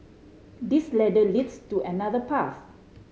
this ladder leads to another path